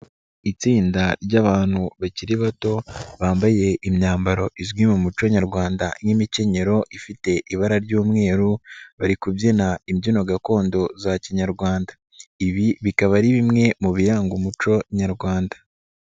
Itsinda ry'abantu bakiri bato bambaye imyambaro izwi mu muco nyarwanda nk'imikenyero ifite ibara ry'umweru bari kubyina imbyino gakondo za kinyarwanda, ibi bikaba ari bimwe mu biranga umuco nyarwanda.